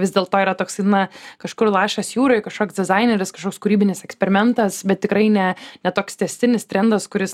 vis dėl to yra toksai na kažkur lašas jūroj kažkoks dizaineris kažkoks kūrybinis eksperimentas bet tikrai ne ne toks tęstinis trendas kuris